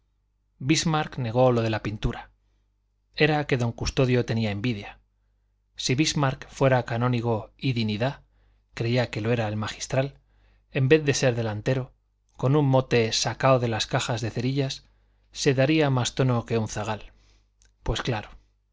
bismarck negó lo de la pintura era que don custodio tenía envidia si bismarck fuera canónigo y dinidad creía que lo era el magistral en vez de ser delantero con un mote sacao de las cajas de cerillas se daría más tono que un zagal pues claro